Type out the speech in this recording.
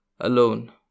alone